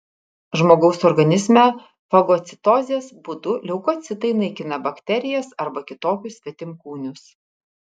žmogaus organizme fagocitozės būdu leukocitai naikina bakterijas arba kitokius svetimkūnius